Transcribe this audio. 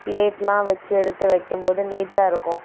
ப்ளேட்லாம் வச்சு எடுத்து வைக்கும் போது நீட்டாக இருக்கும்